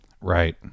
Right